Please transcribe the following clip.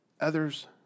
others